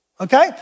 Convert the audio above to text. Okay